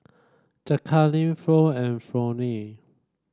Jacalyn Floy and Flonnie